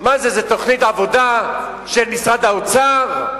מה זה, זה תוכנית עבודה של משרד האוצר?